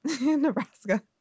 Nebraska